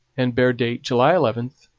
and bear date july eleven,